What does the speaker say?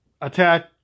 attack